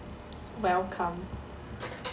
welcome